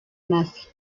nazi